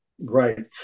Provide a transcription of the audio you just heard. Right